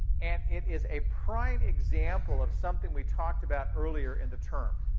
and it is a prime example of something we talked about earlier in the term.